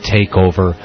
Takeover